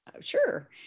sure